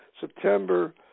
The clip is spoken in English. September